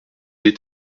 est